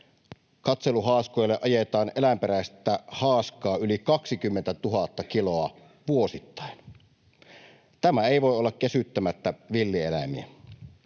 katseluhaaskoille ajetaan eläinperäistä haaskaa yli 20 000 kiloa vuosittain. Tämä ei voi olla kesyttämättä villieläimiä.